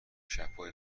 شبهای